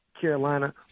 Carolina